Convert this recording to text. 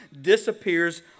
disappears